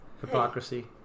Hypocrisy